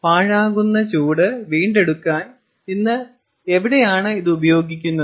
പാഴാക്കുന്ന ചൂട് വീണ്ടെടുക്കാൻ ഇന്ന് എവിടെയാണ് ഇത് ഉപയോഗിക്കുന്നത്